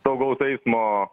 saugaus eismo